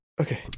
okay